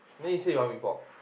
then you say you want mee-pok